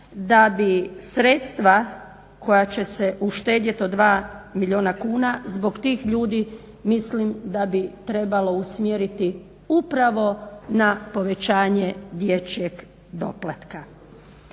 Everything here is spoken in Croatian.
da bi sredstva koja će se uštedjeti od dva milijuna kuna zbog tih ljudi mislim da bi trebalo usmjeriti upravo na povećanje dječjeg doplatka